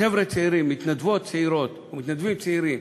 חבר'ה צעירים, מתנדבות צעירות ומתנדבים צעירים